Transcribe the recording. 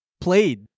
played